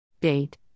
Date